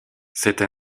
cette